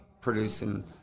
producing